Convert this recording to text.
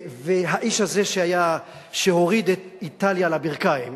והאיש הזה, שהוריד את איטליה על הברכיים,